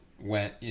went